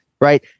right